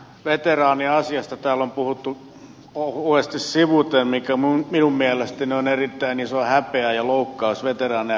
veteraaniasiasta täällä on puhuttu ohuesti sivuten mikä minun mielestäni on erittäin iso häpeä ja loukkaus veteraaneja kohtaan